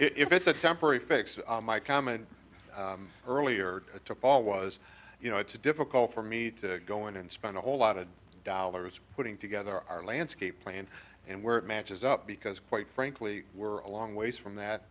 if it's a temporary fix my comment earlier to paul was you know it's difficult for me to go in and spend a whole lot of dollars putting together our landscape plan and we're matches up because quite frankly we're a long ways from that